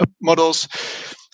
models